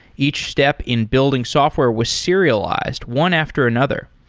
each step in building software was serialized one after another.